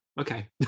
okay